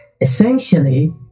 Essentially